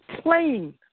plain